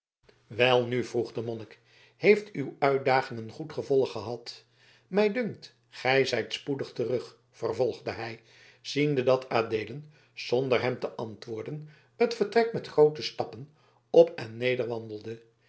welnu vroeg de monnik heeft uw uitdaging een goed gevolg gehad mij dunkt gij zijt spoedig terug vervolgde hij ziende dat adeelen zonder hem te antwoorden het vertrek met groote stappen op en